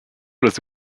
las